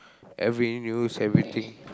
every news every thing